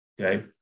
Okay